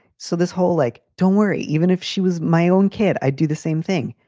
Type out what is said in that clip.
so this whole like, don't worry. even if she was my own kid, i'd do the same thing.